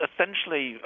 Essentially